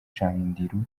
chandiru